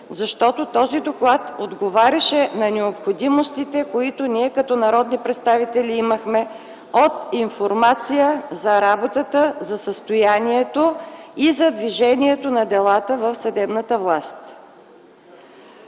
защото този доклад отговаряше на необходимостите, които ние като народни представители имахме – от информация за работата, за състоянието и за движението на делата в съдебната система.